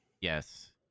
Yes